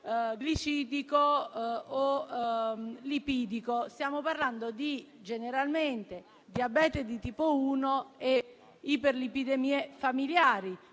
glucidico o lipidico. Stiamo parlando generalmente di diabete di tipo 1 e iperlipidemie familiari;